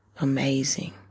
amazing